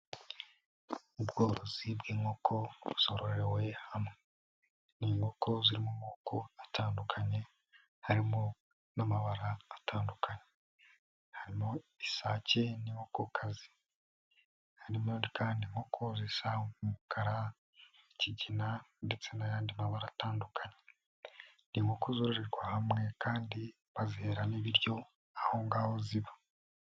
Ubworozi bw'inkoko zororewe hamwe, ni inkoko ziri mu moko atandukanye harimo n'amabara atandukanye, harimo isake n'inkokokazi, harimo kandi inkoko zisa umukara, ikigina ndetse n'ayandi mabara atandukanye, ni inkoko zororerwa hamwe kandi bazihera n'ibiryo aho ngaho ziba.